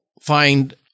find